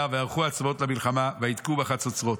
וייערכו הצבאות למלחמה ויתקעו בחצוצרות.